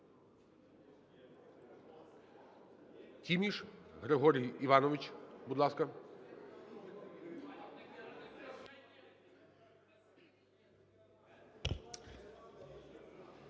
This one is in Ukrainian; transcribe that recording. Тіміш Григорій Іванович, будь ласка.